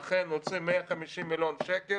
אכן הוציא 150 מיליון שקלים.